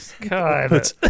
God